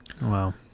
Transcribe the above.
Wow